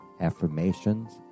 affirmations